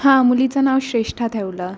हां मुलीचं नाव श्रेष्ठा ठेवलं